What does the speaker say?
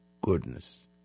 goodness